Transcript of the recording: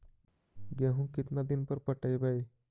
गेहूं केतना दिन पर पटइबै?